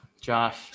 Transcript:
Josh